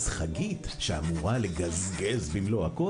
2022 היחידות האלה אמורות להפסיק לעבוד.